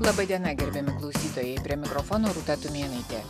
laba diena gerbiami klausytojai prie mikrofono rūta tumėnaitė